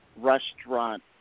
restaurant